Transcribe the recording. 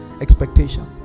expectation